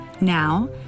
now